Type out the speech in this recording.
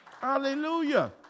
Hallelujah